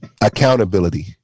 Accountability